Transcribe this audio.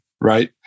right